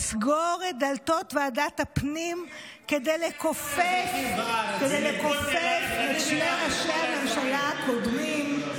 ולסגור את דלתות ועדת הפנים כדי לכופף את שני ראשי הממשלה הקודמים,